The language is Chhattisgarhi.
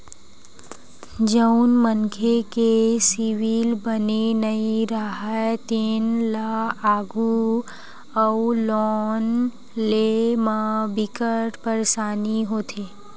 जउन मनखे के सिविल बने नइ राहय तेन ल आघु अउ लोन लेय म बिकट परसानी होथे